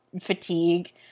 fatigue